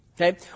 Okay